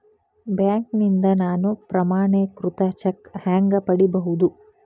ಬ್ಯಾಂಕ್ನಿಂದ ನಾನು ಪ್ರಮಾಣೇಕೃತ ಚೆಕ್ ಹ್ಯಾಂಗ್ ಪಡಿಬಹುದು?